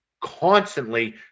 constantly